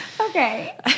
okay